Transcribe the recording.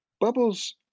Bubbles